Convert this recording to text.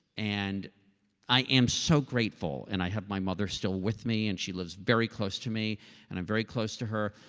and i am so grateful and i have my mother still with me and she lives very close to me and i'm very close to her.